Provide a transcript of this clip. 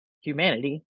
humanity